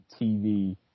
TV